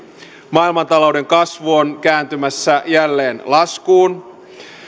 maailmantalouden kasvu on kääntymässä jälleen laskuun